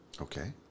Okay